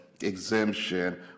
exemption